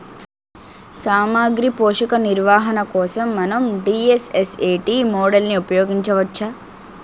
సామాగ్రి పోషక నిర్వహణ కోసం మనం డి.ఎస్.ఎస్.ఎ.టీ మోడల్ని ఉపయోగించవచ్చా?